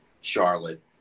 Charlotte